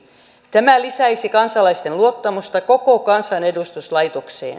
tämä lisäisi kansalaisten luottamusta koko kansanedustuslaitokseen